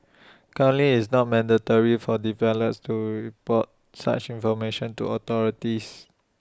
currently it's not mandatory for developers to report such information to authorities